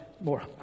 more